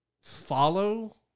follow